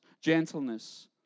gentleness